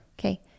Okay